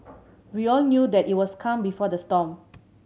we all knew that it was calm before the storm